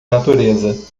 natureza